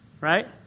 Right